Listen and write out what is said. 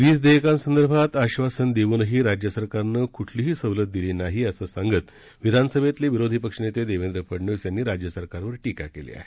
वीज देयकांसदंभात आश्वासन देऊनही राज्य सरकारनं कुठलीही सवलत दिली नाही असं सांगत विधानसभेतले विरोधी पक्षनेते देवेंद्र फडनवीस यांनी राज्य सरकारवर टीका केली आहे